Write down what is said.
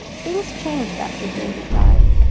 things changed after david died.